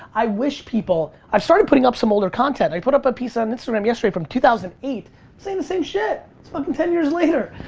i wish people i've started putting up some older content. i put up a piece on instagram yesterday from two thousand and eight saying the same shit! it's fuckin' ten years later!